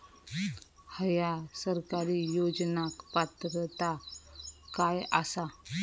हया सरकारी योजनाक पात्रता काय आसा?